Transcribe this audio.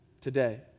today